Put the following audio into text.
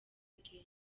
kenshi